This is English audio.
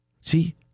See